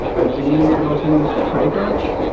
i believe you could also use pitouch.